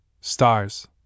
stars